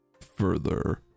further